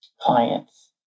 clients